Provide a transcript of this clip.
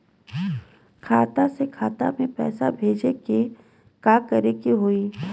खाता से खाता मे पैसा भेजे ला का करे के होई?